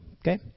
okay